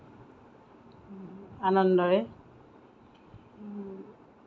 আনন্দৰে